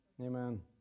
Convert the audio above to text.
amen